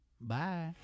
Bye